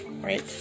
right